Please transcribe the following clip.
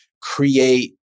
create